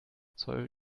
zoll